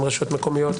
עם רשויות מקומיות,